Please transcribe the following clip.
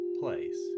place